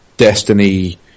Destiny